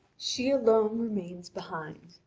she alone remains behind,